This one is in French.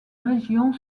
région